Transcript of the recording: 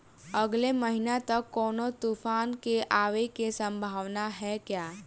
अगले महीना तक कौनो तूफान के आवे के संभावाना है क्या?